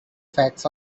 facts